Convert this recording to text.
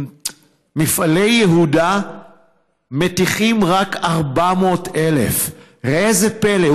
במפעלי יהודה מתיכים רק 400,000. ראה זה פלא,